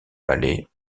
palais